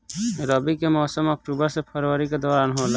रबी के मौसम अक्टूबर से फरवरी के दौरान होला